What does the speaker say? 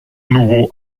nouveau